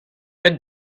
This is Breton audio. pet